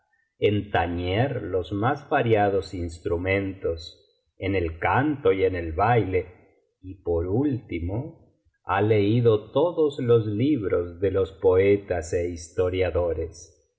en tañer los más variados instrumentos en el canto y en el baile y por ultimo ha leído todos los libros de los poetas é historiadores